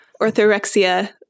Orthorexia